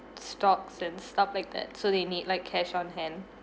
stocks and stuff like that so they need like cash on hand